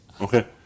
Okay